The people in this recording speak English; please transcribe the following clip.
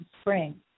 spring